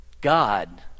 God